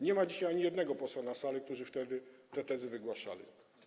Nie ma dzisiaj ani jednego posła na sali z tych, którzy wtedy te tezy wygłaszali.